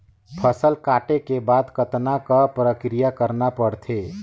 फसल काटे के बाद कतना क प्रक्रिया करना पड़थे?